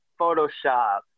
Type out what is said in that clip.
Photoshop